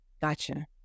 Gotcha